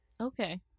Okay